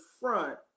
front